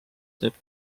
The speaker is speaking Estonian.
teeb